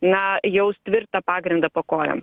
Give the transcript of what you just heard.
na jaus tvirtą pagrindą po kojom